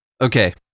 Okay